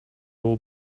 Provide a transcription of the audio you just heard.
will